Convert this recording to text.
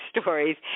stories